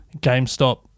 GameStop